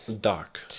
dark